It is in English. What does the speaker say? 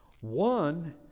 One